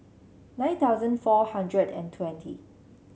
nine thousand four hundred and twenty